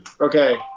Okay